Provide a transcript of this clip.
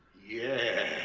yeah